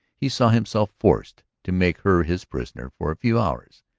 he saw himself forced to make her his prisoner for a few hours.